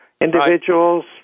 Individuals